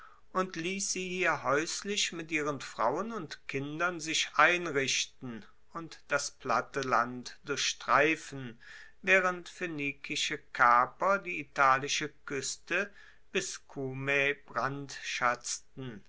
und liess sie hier haeuslich mit ihren frauen und kindern sich einrichten und das platte land durchstreifen waehrend phoenikische kaper die italische kueste bis cumae brandschatzten